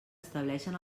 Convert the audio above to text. estableixen